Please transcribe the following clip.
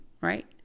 right